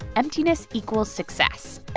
emptiness equals success.